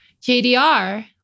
jdr